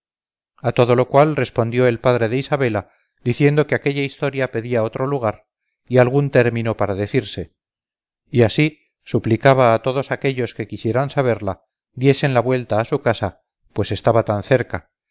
a todo lo cual respondió el padre de isabela diciendo que aquella historia pedía otro lugar y algún término para decirse y así suplicaba a todos aquellos que quisiesen saberla diesen la vuelta a su casa pues estaba tan cerca